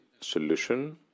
solution